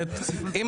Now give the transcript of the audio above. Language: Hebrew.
נכון, שצריך